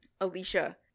Alicia